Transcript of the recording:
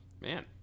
Man